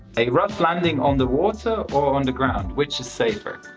a rough landing on the water or on the ground. which is safer?